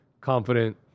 confident